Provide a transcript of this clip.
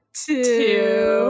two